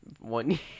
One